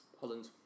Holland